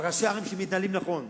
אבל ראשי ערים שמתנהלים נכון,